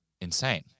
insane